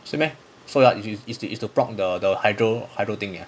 是 meh so ya it is it's to block the hydro hydro thing ya